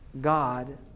God